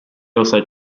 also